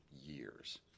years